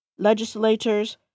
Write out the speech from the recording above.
legislators